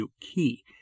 key